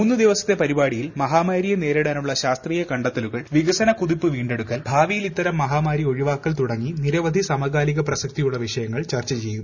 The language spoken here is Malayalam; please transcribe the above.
മൂന്ന് ദിവസത്തെ പരിപാടിയിൽ മഹാമാരിയെ നേരിടാനുള്ള ശാസ്ത്രീയ കണ്ടെത്തലുകൾ വികസന കുതിപ്പ് വീണ്ടെടുക്കൽ ഭാവിയിൽ ഇത്തരം മഹാമാരി ഒഴിവാക്കൽ തുടങ്ങി നിരവധി സമകാലിക പ്രസക്തിയുള്ള വിഷയങ്ങൾ ചർച്ച ചെയ്യും